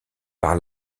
par